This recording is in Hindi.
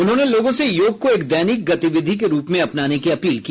उन्होंने लोगों से योग को एक दैनिक गतिविधि के रूप में अपनाने की अपील की